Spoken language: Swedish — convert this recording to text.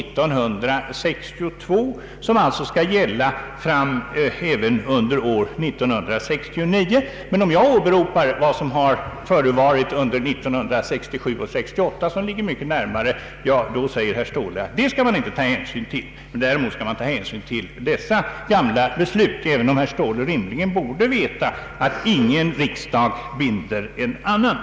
Han menar tydligen att det beslutet skall gälla även under 1969. Om däremot jag åberopar vad som har förevarit under åren 1967 och 1968, som ligger mycket närmare i tiden, så anser herr Ståhle att man inte skall ta hänsyn till det. Däremot skall vi enligt hans mening ta hänsyn till det gamla beslutet från 1962, även om herr Ståhle rimligen bör veta att ingen riksdag binder en annan.